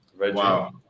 Wow